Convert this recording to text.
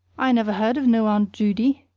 i never heard of no aunt judy.